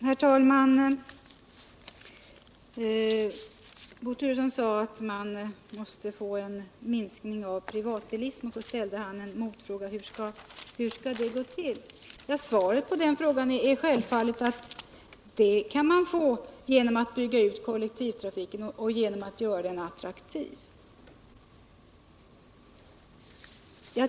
Herr talman! När Bo Turesson sade att man måste få en minskning av privatbilismen ställde han samtidigt en motfråga: Hur skall det gå till? Svaret på den frågan är självfallet att man kan få minskningen genom att bygga ut kollektivtrafiken och göra den attraktiv.